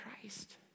Christ